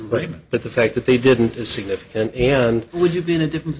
right but the fact that they didn't is significant and would you be in a different